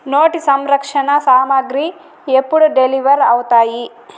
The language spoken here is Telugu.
నోటి సంరక్షణ సామాగ్రి ఎప్పుడు డెలివర్ అవుతాయి